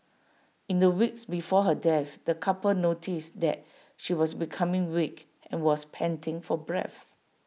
in the weeks before her death the couple noticed that she was becoming weak and was panting for breath